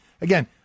Again